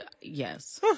yes